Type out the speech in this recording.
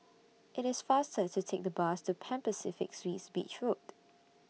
IT IS faster to Take The Bus to Pan Pacific Suites Beach Road